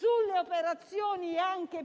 sulle operazioni